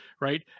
right